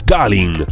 Darling